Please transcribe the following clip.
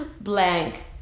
blank